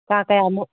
ꯀꯥ ꯀꯌꯥꯃꯨꯛ